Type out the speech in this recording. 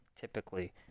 typically